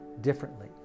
differently